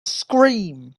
scream